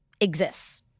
exists